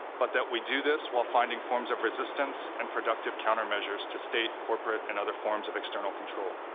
but that we do this while finding forms of resistance and productive countermeasures to state corporate and other forms of external control.